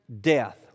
death